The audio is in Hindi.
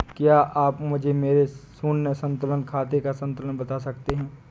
क्या आप मुझे मेरे शून्य संतुलन खाते का संतुलन बता सकते हैं?